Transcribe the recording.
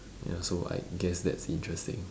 ya so I guess that's interesting